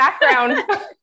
background